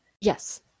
yes